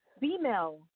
female